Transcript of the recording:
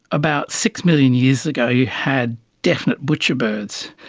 about six million years ago you had definite butcherbirds.